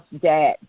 dad